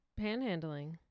panhandling